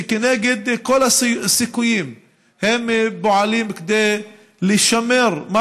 שכנגד כל הסיכויים פועלים כדי לשמר מה